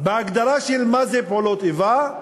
בהגדרה של פעולות איבה,